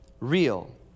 Real